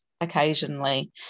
occasionally